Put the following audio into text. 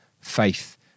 faith